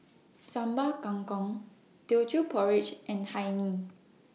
Sambal Kangkong Teochew Porridge and Hae Mee